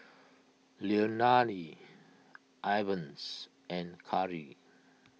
Leilani Evans and Khari